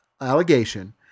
allegation